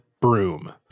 broom